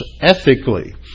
ethically